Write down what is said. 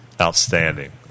Outstanding